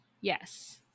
Yes